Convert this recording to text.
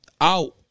out